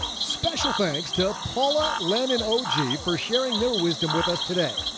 special thanks to paula, len, and oji for sharing their wisdom with us today.